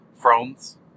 Thrones